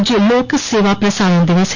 आज लोकसेवा प्रसारण दिवस है